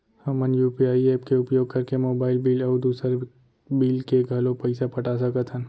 हमन UPI app के उपयोग करके मोबाइल बिल अऊ दुसर बिल के घलो पैसा पटा सकत हन